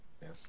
Yes